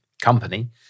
company